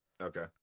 Okay